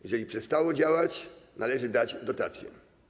Jeżeli przestał działać, należy dać dotację.